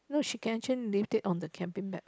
no she can actually lift it on the camping bag